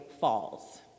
falls